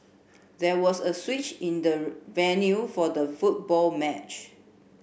there was a switch in the venue for the football match